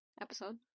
episode